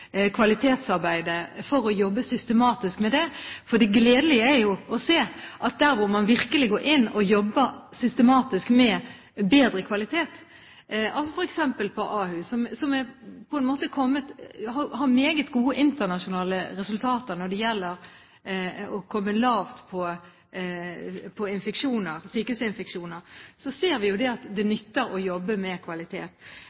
det. Det er gledelig å se at der hvor man virkelig går inn og jobber systematisk med å bedre kvaliteten – f.eks. gjelder det Ahus, som har meget gode internasjonale resultater når det gjelder å komme lavt ut med hensyn til sykehusinfeksjoner – ser vi at det nytter. Det